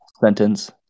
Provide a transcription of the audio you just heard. sentence